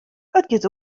giet